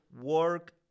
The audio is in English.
work